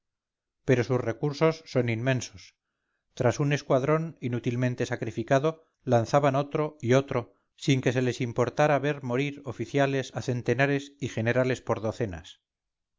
pero sus recursos son inmensos tras un escuadrón inútilmente sacrificado lanzaban otro y otro sin que se les importara ver morir oficiales a centenares y generales por docenas